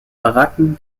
baracken